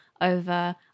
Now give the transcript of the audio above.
over